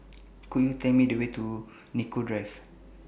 Could YOU Tell Me The Way to Nicoll Drive